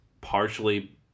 partially